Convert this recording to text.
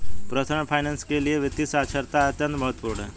personal finance के लिए वित्तीय साक्षरता अत्यंत महत्वपूर्ण है